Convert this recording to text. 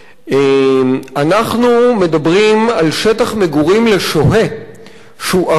אנחנו מדברים על שטח מגורים לשוהה שהוא הרבה יותר